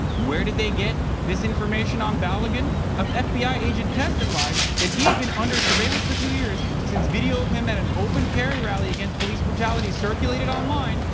where did they get this information on balogun of fbi agent testified that he had been under surveillance for two years since video of him at an open carry rally against police brutality circulated online,